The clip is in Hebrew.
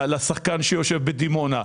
לשחקן שיושב בדימונה,